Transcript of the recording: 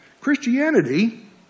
Christianity